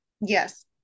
Yes